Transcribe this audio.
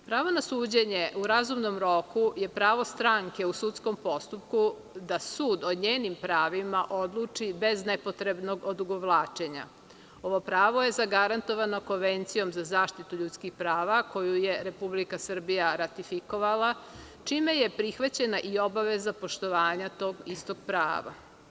Pravo na suđenje u razumnom roku i pravo stranke u sudskom postupku da sud o njenim pravima odluči bez nepotrebnog odugovlačenja, ovo pravo je zagarantovano Konvencijom za zaštitu ljudskih prava, koju je Republike Srbija ratifikovala, čime je prihvaćena i obaveza poštovanja tog istog prava.